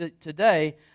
today